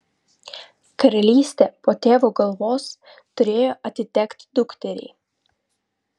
karalystė po tėvo galvos turėjo atitekti dukteriai